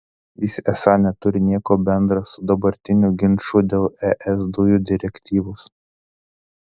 jis esą neturi nieko bendra su dabartiniu ginču dėl es dujų direktyvos